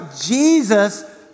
Jesus